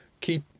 keep